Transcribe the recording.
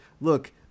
Look